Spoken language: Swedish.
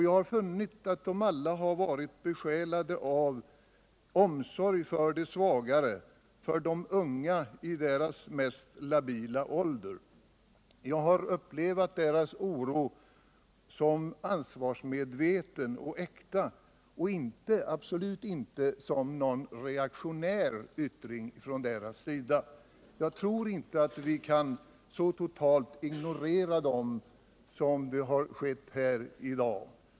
Jag har funnit att de alla ” varit besjälade av omsorg om de svagare, om de unga i deras mest labila ålder. Jag har upplevt denna oro som ansvarsmedveten och äkta, och absolut inte som någon reaktionär yttring från deras sida. Jag tror inte att vi så totalt kan ignorera dem som skett här i dag.